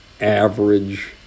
average